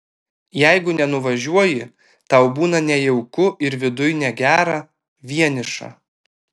jeigu nenuvažiuoji tau būna nejauku ir viduj negera vieniša